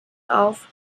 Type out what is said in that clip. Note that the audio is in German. auf